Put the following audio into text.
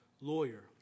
lawyer